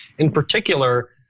in particular,